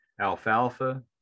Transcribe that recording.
alfalfa